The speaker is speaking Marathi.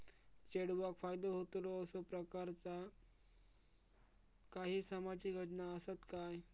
चेडवाक फायदो होतलो असो प्रकारचा काही सामाजिक योजना असात काय?